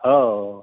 हो हो हो